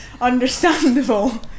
understandable